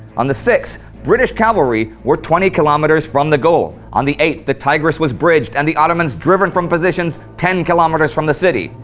on the sixth, british cavalry was twenty km um but from the goal. on the eighth, the tigris was bridged and the ottomans driven from positions ten km um from the city.